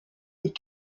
des